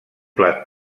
plat